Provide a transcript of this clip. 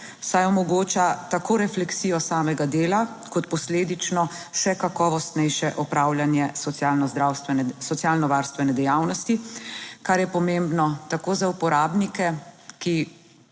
saj omogoča tako refleksijo samega dela kot posledično še kakovostnejše opravljanje socialnozdravstvene, socialnovarstvene dejavnosti, kar je pomembno tako za uporabnike, ki